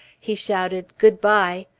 he shouted good-bye,